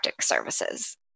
services